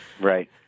right